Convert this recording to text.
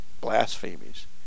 blasphemies